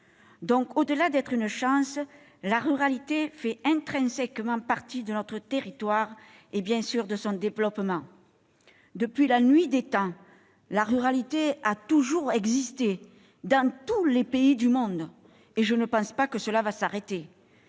donc, la ruralité est une chance, mais elle fait intrinsèquement partie de notre territoire, et bien sûr de son développement. Depuis la nuit des temps, la ruralité existe dans tous les pays du monde, et je ne pense pas que cela va s'arrêter.